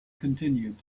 continued